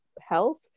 health